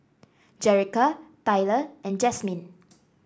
Jerica Tyler and Jasmyne